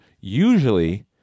usually